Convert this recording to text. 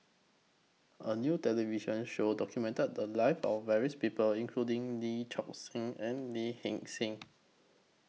A New television Show documented The Lives of various People including Lee Choon Seng and Lee Hee Seng